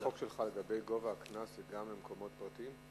הצעת החוק שלך לגבי גובה הקנס, גם במקומות פרטיים?